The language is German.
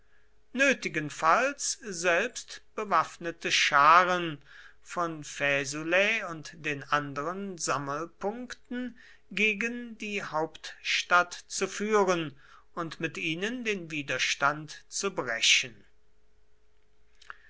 nötigenfalls selbst bewaffnete scharen von faesulae und den anderen sammelpunkten gegen die hauptstadt zu führen und mit ihnen den widerstand zu brechen